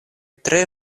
tre